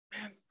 Man